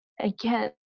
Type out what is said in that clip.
again